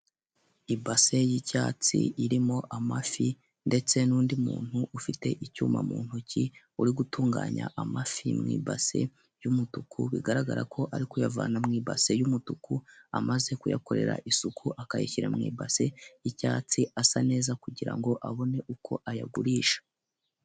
Ibase y'icyatsi irimo amafi, ndetse n'undi muntu ufite icyuma muntoki, uri gutunganya amafi mu ibase y'umutuku bigaragarako ari kuyavana mu ibase y'umutuku amaze kuyakorera isuku, akayashyira mu ibase y'icyatsi asa neza kugirango abone uko ayagurisha.